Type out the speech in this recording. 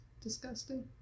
disgusting